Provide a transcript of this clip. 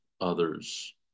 others